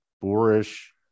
boorish